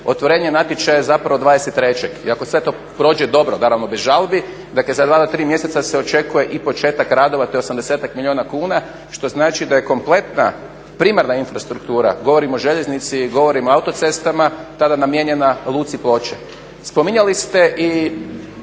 Otvorenje natječaja je zapravo 23. I ako sve to prođe dobro, naravno bez žalbi, dakle za dva do tri mjeseca se očekuje i početak radova. To je osamdesetak milijuna kuna što znači da je kompletna primarna infrastruktura, govorim o željeznici, govorim o autocestama tada namijenjena Luci Ploče. Spominjali ste i